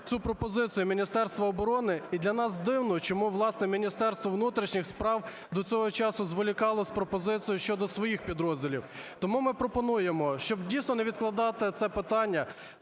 цю пропозицію Міністерства оборони. І для нас дивно, чому, власне, Міністерство внутрішніх справ до цього часу зволікало з пропозицією щодо своїх підрозділів? Тому ми пропонуємо, щоб, дійсно, не відкладати це питання,